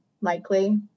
likely